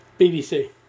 BBC